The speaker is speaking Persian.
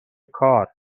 کار